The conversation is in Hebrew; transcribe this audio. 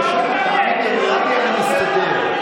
זה לא קשור, אני מסתדר.